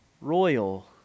royal